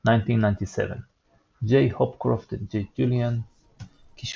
1997. J. Hopcroft and J. Ullman,